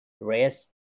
race